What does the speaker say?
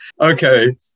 Okay